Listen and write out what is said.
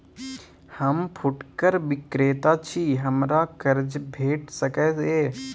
हम फुटकर विक्रेता छी, हमरा कर्ज भेट सकै ये?